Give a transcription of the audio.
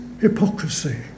hypocrisy